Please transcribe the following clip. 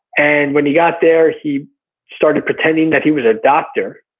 and when he got there he started pretending that he was a doctor,